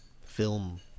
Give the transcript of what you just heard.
film